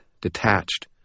detached